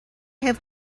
have